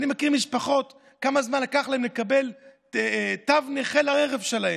אני מכיר משפחות וכמה זמן לקח להן לקבל תו נכה לרכב שלהן: